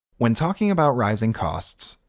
when talking about rising costs,